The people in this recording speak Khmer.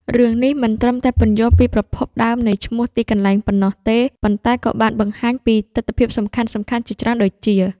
រឿងនេះមិនត្រឹមតែពន្យល់ពីប្រភពដើមនៃឈ្មោះទីកន្លែងប៉ុណ្ណោះទេ ប៉ុន្តែក៏បានបង្ហាញពីទិដ្ឋភាពសំខាន់ៗជាច្រើនដូចជា៖